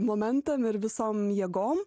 momentam ir visom jėgom